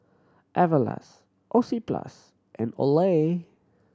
Everlast Oxyplus and Olay